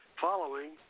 following